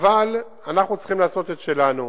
אבל אנחנו צריכים לעשות את שלנו,